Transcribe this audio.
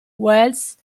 wales